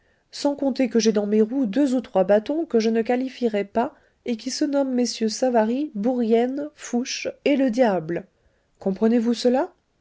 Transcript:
sans compter que j'ai dans mes roues deux ou trois bâtons que je ne qualifierai pas et qui se nomment mm savary bourienne fouché et le diable comprenez-vous cela